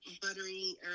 buttery